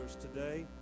today